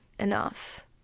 enough